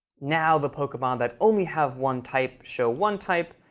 now the pokemon that only have one type show one type,